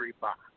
box